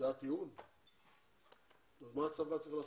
מה הצבא צריך לעשות,.